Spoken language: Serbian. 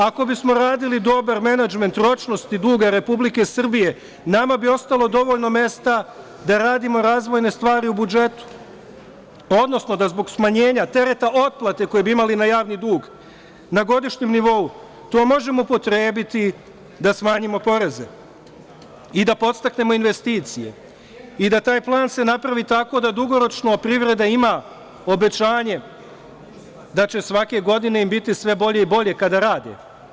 Ako bismo radili dobar menadžment ročnosti duga Republike Srbije, nama bi ostalo dovoljno mesta da radimo razvojne stvari u budžetu, odnosno da zbog smanjenja tereta otplate koje bi imali na javni dug na godišnjem nivou, to možemo upotrebiti da smanjimo poreze i da podstaknemo investicije i da se taj plan napravi tako da dugoročno privreda ima obećanje da će svake godine biti sve bolje i bolje kada rade.